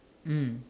mm